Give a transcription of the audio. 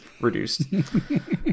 reduced